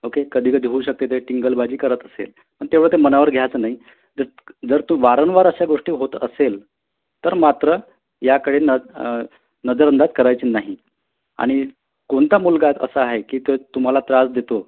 okay कधी कधी होऊ शकते ते टिंगलबाजी करत असेल पण तेवढं ते मनावर घ्यायचं नाही जर जर तू वारंवार अशा गोष्टी होत असेल तर मात्र याकडे ना नजरअंदाज करायची नाही आणि कोणता मुलगा असा आहे की तो तुम्हाला त्रास देतो